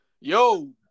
yo